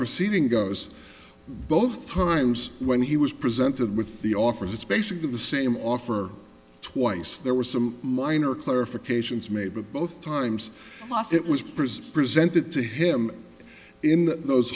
proceeding goes both times when he was presented with the offers it's basically the same offer twice there were some minor clarifications made but both times it was preserved presented to him in th